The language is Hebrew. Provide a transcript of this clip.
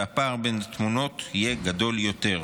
והפער בין התמונות יהיה גדול יותר.